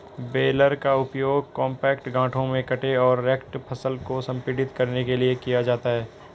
baler का उपयोग compact गांठों में कटे और रेक्ड फसल को संपीड़ित करने के लिए किया जाता है